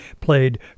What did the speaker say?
played